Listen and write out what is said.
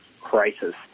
crisis